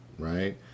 right